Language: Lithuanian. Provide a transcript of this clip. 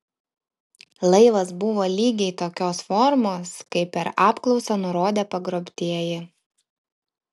laivas buvo lygiai tokios formos kaip per apklausą nurodė pagrobtieji